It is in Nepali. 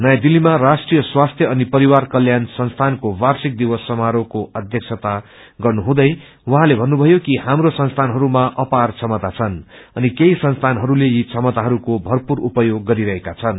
नयाँ दिल्लीमा राष्ट्रिय सवास्थि अनि परिवार कल्याण संस्थानको वार्षिक दिवस समारोहको अध्यक्षता गर्नुहुँदै उहाँले भन्नुभयो कि झप्रो संसीनहरूमा अपार क्षमता छनृ अनि केही संस्यानहरूले यी क्षमताहरूको भरपूर उपयोग गरिरहेका छन